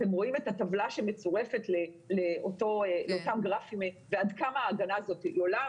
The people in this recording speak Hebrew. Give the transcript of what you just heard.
אתם רואים את הטבלה שמצורפת לאותם גרפים ועד כמה ההגנה הזאת היא גדולה,